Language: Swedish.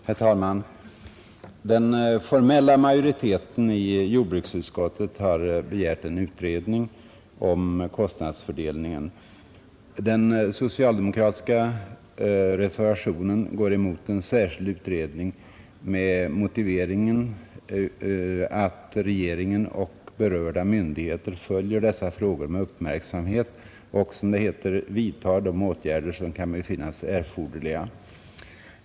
Herr talman! Den formella majoriteten i jordbruksutskottet har begärt en utredning om kostnadsfördelningen. Den socialdemokratiska reservationen går emot en särskild utredning med motiveringen att regeringen och berörda myndigheter följer dessa frågor med uppmärksamhet och, som det heter, ”vidtar de åtgärder som kan befinnas erforderliga”.